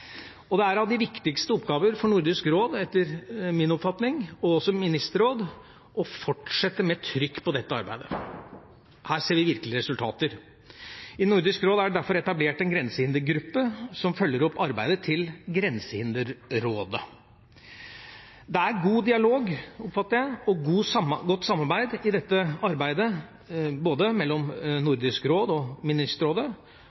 og vekst. Det er etter min oppfatning av de viktigste oppgaver for Nordisk råd og Nordisk ministerråd å fortsette med trykk på dette arbeidet. Her ser vi virkelig resultater. I Nordisk råd er det derfor etablert en grensehindergruppe som følger opp arbeidet til Grensehinderrådet. Det er god dialog, oppfatter jeg, og godt samarbeid i dette arbeidet, både mellom